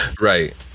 Right